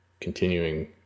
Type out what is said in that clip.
continuing